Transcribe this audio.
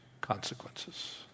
consequences